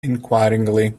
inquiringly